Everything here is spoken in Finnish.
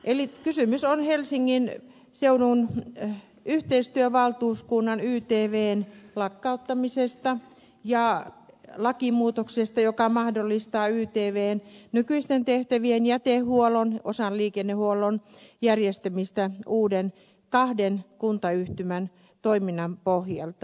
eli kysymys on helsingin seudun yhteistyövaltuuskunnan ytvn lakkauttamisesta ja lakimuutoksesta joka mahdollistaa ytvn nykyisten tehtävien jätehuollon ja osan liikennehuollosta järjestämisen kahden uuden kuntayhtymän toiminnan pohjalta